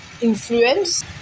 influence